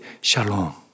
Shalom